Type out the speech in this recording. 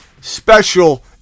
special